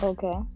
Okay